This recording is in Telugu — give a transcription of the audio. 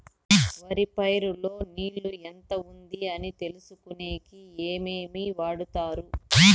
వరి పైరు లో నీళ్లు ఎంత ఉంది అని తెలుసుకునేకి ఏమేమి వాడతారు?